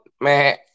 Meh